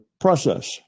process